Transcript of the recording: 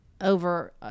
over